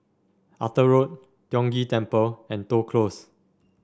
Arthur Road Tiong Ghee Temple and Toh Close